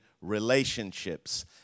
relationships